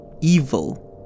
evil